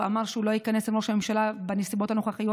הוא אמר שהוא לא ייכנס עם ראש הממשלה בנסיבות הנוכחיות,